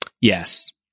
Yes